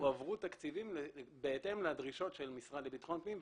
הועברו תקציבים בהתאם לדרישות של המשרד לביטחון פנים,